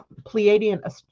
Pleiadian